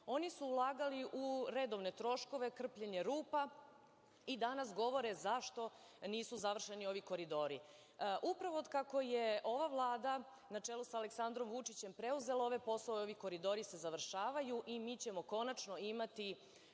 oni su ulagali u redovne troškove, krpljenje rupa i danas govore zašto nisu završeni ovi koridori. Upravo otkako je ova Vlada na čelu sa Aleksandrom Vučićem preuzela ove poslove ovi koridori se završavaju i mi ćemo konačno imati